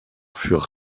furent